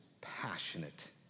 passionate